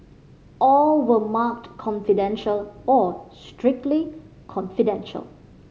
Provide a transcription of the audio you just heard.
all were marked confidential or strictly confidential